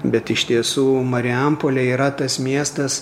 bet iš tiesų marijampolė yra tas miestas